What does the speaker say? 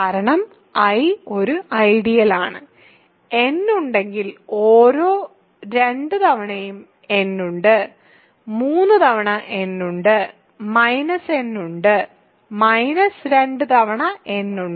കാരണം I ഒരു ideal ആണ് n ഉണ്ടെങ്കിൽ ഓരോ 2 തവണയും n ഉണ്ട് 3 തവണ n ഉണ്ട് n ഉണ്ട് 2 തവണ n ഉണ്ട്